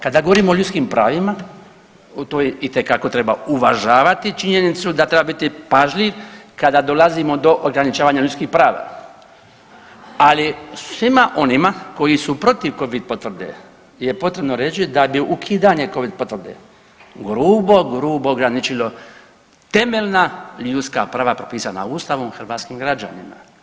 Kada govorimo o ljudskim pravima, to itekako treba uvažavati činjenicu da treba biti pažljiv kada govorimo do ograničavanja ljudskih prava, ali svima onima koji su protiv covid potvrde je potrebno reći da bi ukidanje covid potvrde grubo, grubo ograničilo temeljna ljudska prava propisana Ustavom hrvatskim građanima.